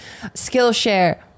Skillshare